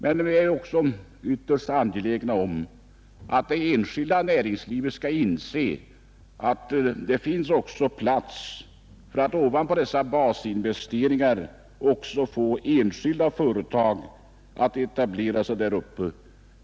Men vi är också ytterst angelägna om att det enskilda näringslivet skall inse att det ovanpå dessa basnäringar finns plats för enskilda företag att etablera sig där uppe.